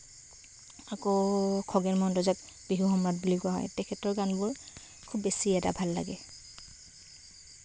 আকৌ খগেন মহন্ত যাক বিহু সম্ৰাট বুলি কোৱা হয় তেখেতৰ গানবোৰ খুব বেছি এটা ভাল লাগে